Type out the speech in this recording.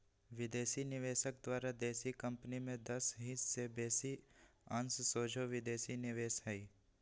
विदेशी निवेशक द्वारा देशी कंपनी में दस हिस् से बेशी अंश सोझे विदेशी निवेश हइ